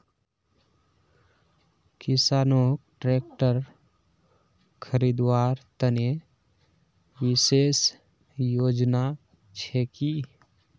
किसानोक ट्रेक्टर खरीदवार तने विशेष योजना छे कि?